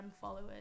followers